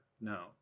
No